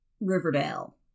Riverdale